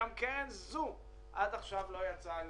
אני